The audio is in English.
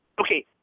Okay